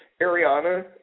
Ariana